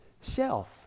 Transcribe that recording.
shelf